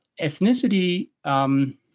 Ethnicity –